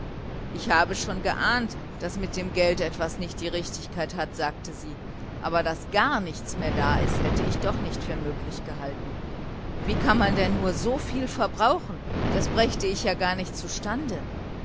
ich habe schon geahnt daß mit dem geld etwas nicht in richtigkeit ist sagte sie aber daß gar nichts mehr da ist hätte ich doch nicht für möglich gehalten wie kann man denn nur so viel verbrauchen das brächte ich ja gar nicht zustande